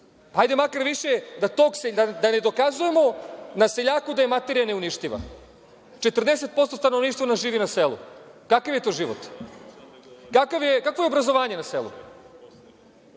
Hajde makar više da ne dokazujemo na seljaku da je materija neuništiva. Četrdeset posto stanovništva nam živi na selu. Kakav je to život? Kakvo je obrazovanje na selu?